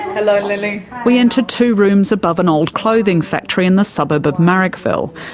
hello lily. we enter two rooms above an old clothing factory in the suburb of marrickville.